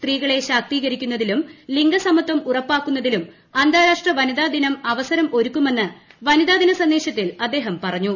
സ്ത്രീകളെ ശാക്തീകരിക്കുന്നതിലും ലിംഗ സമത്വം ഉറപ്പാക്കുന്നതിലും അന്താരാഷ്ട്ര വനിതാദിന അവസരം ഒരുക്കുമെന്ന് വനിതാദിന സന്ദേശത്തിൽ അദ്ദേഹം പറഞ്ഞു